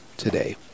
today